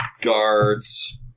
guards